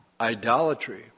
idolatry